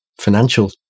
financial